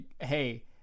hey